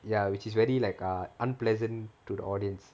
ya which is very like err unpleasant to the audience